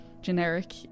generic